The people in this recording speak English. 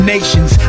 Nations